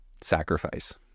Sacrifice